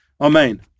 Amen